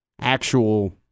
actual